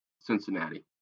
Cincinnati